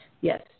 Yes